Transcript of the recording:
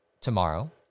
tomorrow